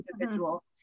individual